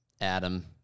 Adam